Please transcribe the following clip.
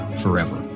forever